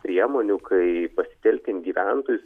priemonių kai pasitelkiant gyventojus